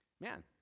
Man